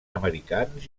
americans